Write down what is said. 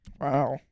Wow